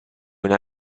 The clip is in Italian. una